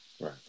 Right